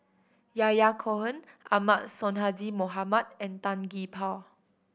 Yahya Cohen Ahmad Sonhadji Mohamad and Tan Gee Paw